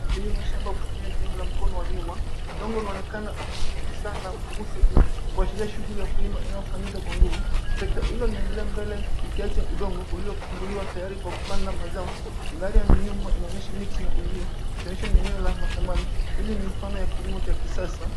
Ukulima wa shamba kutumia jembe la mkono wa nyuma. Udongo unaonekana ukitikisa na kurushwa juu kuashiria shughuli ya kulima inayofanyika kwa nguvu. Sekta hilo linaendelea mbele likiacha udongo uliofunguliwa tayari kwa kupanda mazao. Mandhari ya nyuma inaonyesha miti na ulio ikionyesha ni eneo la mashambani. Hili ni mifano ya kilimo cha kisasa.